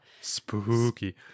spooky